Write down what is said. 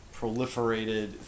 proliferated